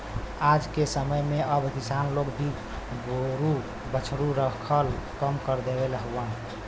आजके समय में अब किसान लोग भी गोरु बछरू रखल कम कर देहले हउव